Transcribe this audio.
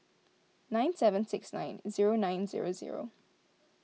nine seven six nine zero nine zero zero